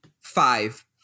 five